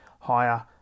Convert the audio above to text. higher